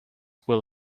will